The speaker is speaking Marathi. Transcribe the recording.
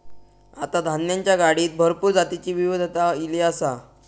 आता धान्याच्या गाडीत भरपूर जातीची विविधता ईली आसा